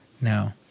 No